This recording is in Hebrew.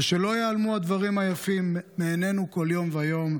// ושלא ייעלמו הדברים היפים / מעינינו כל יום ויום.